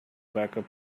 backup